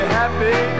happy